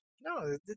no